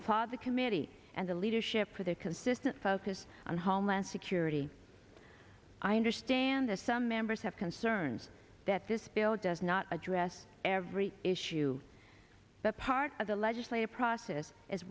applaud the committee and the leadership for their consistent focus on homeland security i understand that some members have concerns that this bill does not address every issue but part of the legislative process is